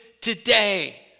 today